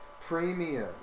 Premium